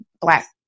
black